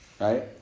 right